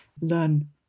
learn